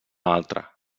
altra